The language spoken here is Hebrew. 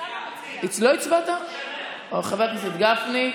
את חבר הכנסת גפני,